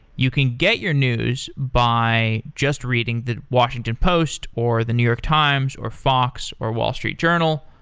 you can get your news by just reading the washington post, or the new york times, or fox, or wall street journal,